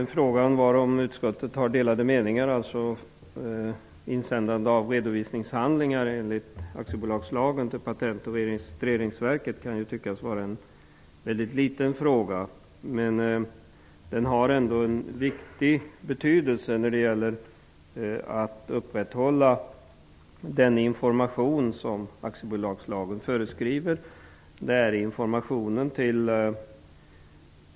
Herr talman! Den fråga som utskottet har delade meningar om gäller insändande av redovisningshandlingar enligt aktiebolagslagen till Det kan tyckas vara en liten fråga, men den har ändå stor betydelse när det gäller att upprätthålla den i aktiebolagslagen föreskrivna informationen.